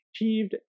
achieved